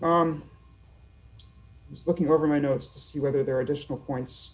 is looking over my notes to see whether there are additional points